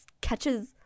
catches